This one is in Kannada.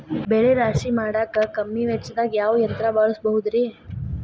ಬೆಳೆ ರಾಶಿ ಮಾಡಾಕ ಕಮ್ಮಿ ವೆಚ್ಚದಾಗ ಯಾವ ಯಂತ್ರ ಬಳಸಬಹುದುರೇ?